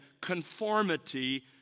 conformity